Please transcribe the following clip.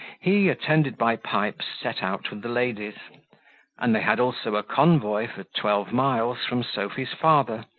he, attended by pipes, set out with the ladies and they had also a convoy for twelve miles from sophy's father,